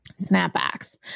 Snapbacks